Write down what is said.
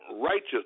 righteous